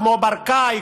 כמו ברקאי,